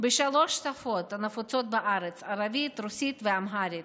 בשלוש השפות הנפוצות בארץ: ערבית, רוסית ואמהרית.